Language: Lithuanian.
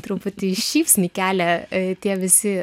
truputį šypsnį kelia tie visi